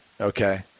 okay